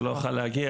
שלא יכול היה להגיע,